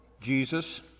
Jesus